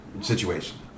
situation